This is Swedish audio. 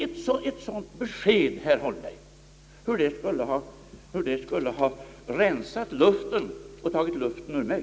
Ett sådant besked skulle ha rensat luften och tagit luften ur mig.